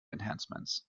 enhancements